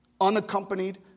unaccompanied